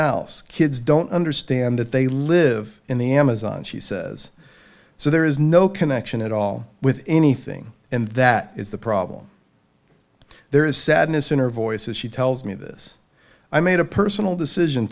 here kids don't understand that they live in the amazon she says so there is no connection at all with anything and that is the problem there is sadness in her voice as she tells me this i made a personal decision